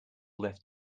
left